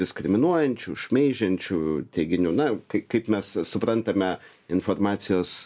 diskriminuojančių šmeižiančių teiginių na kai kaip mes suprantame informacijos